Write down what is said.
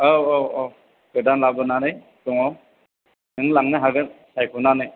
औ औ औ गोदान लाबोनानै दङ नों लांनो हागोन सायख'नानै